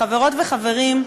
חברות וחברים,